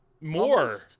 More